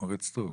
אורית סטרוק.